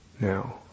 now